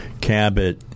Cabot